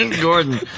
Gordon